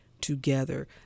together